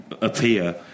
appear